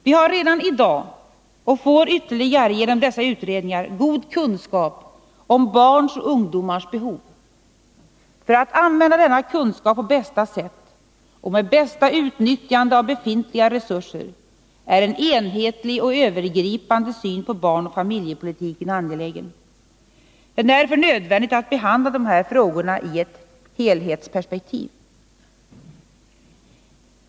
Vi har redan i dag och får ytterligare genom dessa utredningar god kunskap om barns och ungdomars behov. För att på bästa sätt kunna använda denna kunskap och utnyttja befintliga resurser är en enhetlig och övergripande syn på barnoch familjepolitiken angelägen. Det är därför nödvändigt med ett helhetsperspektiv i dessa frågor.